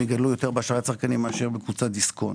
גדלו יותר באשראי הצרכני מאשר בקבוצת דיסקונט.